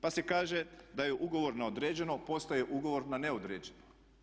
Pa se kaže da je ugovor na određeno postaje ugovor na neodređeno.